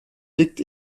liegt